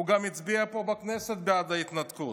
הוא גם הצביע פה בכנסת בעד ההתנתקות.